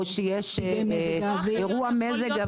או אם יש אירוע מזג אוויר.